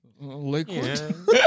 liquid